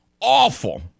Awful